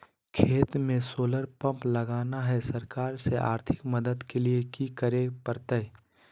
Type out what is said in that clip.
खेत में solar pump लगाना है, सरकार से आर्थिक मदद के लिए की करे परतय?